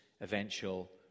eventual